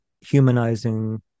humanizing